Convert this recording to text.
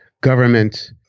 government